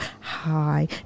hi